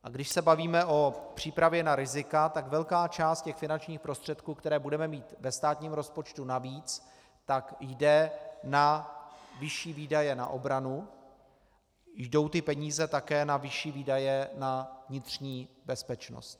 A když se bavíme o přípravě na rizika, tak velká část těch finančních prostředků, které budeme mít ve státním rozpočtu navíc, jde na vyšší výdaje na obranu, ty peníze jdou také na vyšší výdaje na vnitřní bezpečnost.